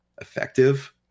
effective